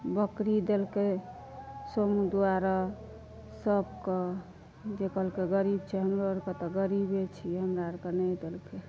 बकरी देलकै सोमी दुआरऽ सब कऽ जेकर जेकर गरीब छै हमरो आरके तऽ गरीबे छियै हमरा आरके नहि देलकै